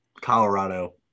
Colorado